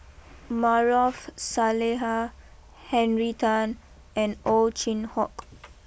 Maarof Salleh Henry Tan and Ow Chin Hock